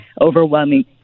overwhelming